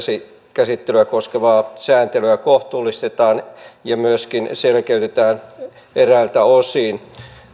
käsittelyä koskevaa sääntelyä kohtuullistetaan ja myöskin selkeytetään eräiltä osin